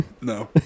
No